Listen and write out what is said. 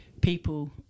people